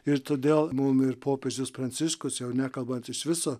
ir todėl mum ir popiežius pranciškus jau nekalbant iš viso